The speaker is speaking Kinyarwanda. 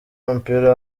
w’umupira